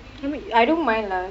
I mean I don't mind lah